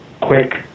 quick